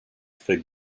fig